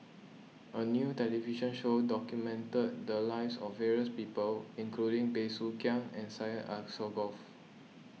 a new television show documented the lives of various people including Bey Soo Khiang and Syed Alsagoff